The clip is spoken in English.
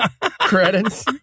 Credits